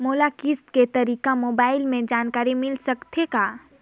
मोला किस्त के तारिक मोबाइल मे जानकारी मिल सकथे का?